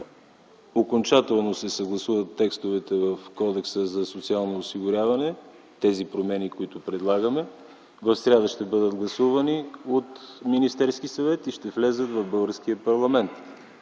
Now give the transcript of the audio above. окончателно се съгласуват текстовете в Кодекса за социално осигуряване – промените, които предлагаме. В сряда ще бъдат гласувани от Министерския съвет и ще влязат в българския парламент,